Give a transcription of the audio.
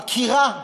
עקירה.